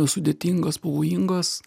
sudėtingas pavojingas